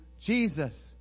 Jesus